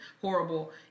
horrible